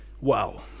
Wow